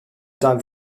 dan